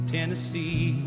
Tennessee